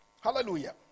Hallelujah